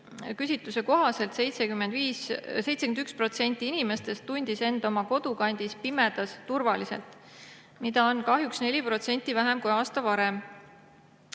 küsitluse kohaselt tundis 71% inimestest end oma kodukandis pimedas turvaliselt, mida on kahjuks 4% vähem kui aasta varem.